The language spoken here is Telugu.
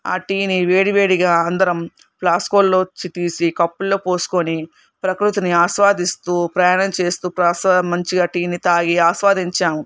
ఆ టీని వేడివేడిగా అందరం ప్లాస్క్లో నుంచి తీసి కప్పులో పోసుకొని ప్రకృతిని ఆస్వాదిస్తూ ప్రయాణం చేస్తూ కాస్త మంచిగా టీని తాగి ఆస్వాదించాము